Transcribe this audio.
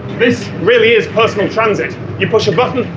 this really is personal transit you push a button,